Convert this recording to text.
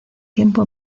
tiempo